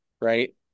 right